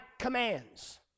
commands